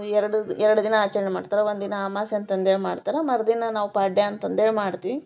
ಎರಡು ಎರಡು ದಿನ ಆಚರಣೆ ಮಾಡ್ತಾರೆ ಒಂದಿನ ಅಮ್ವಾಸೆ ಅಂತಂದು ಹೇಳ್ ಮಾಡ್ತಾರೆ ಮರುದಿನ ನಾವು ಪಾಡ್ಯ ಅಂತಂದು ಹೇಳ್ ಮಾಡ್ತೀವಿ